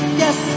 yes